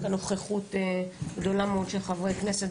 יש כאן נוכחות גדולה מאוד של חברי כנסת,